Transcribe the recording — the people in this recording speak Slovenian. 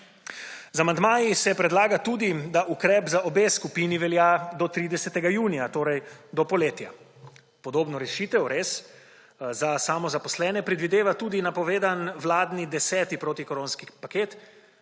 Z amandmaji se predlaga tudi, da ukrep za obe skupini velja do 30. junija, torej do poletja. Podobno rešitev, res, za samozaposlene predvideva tudi napovedan vladni deseti protikoronski paket,